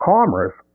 Commerce